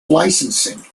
licensing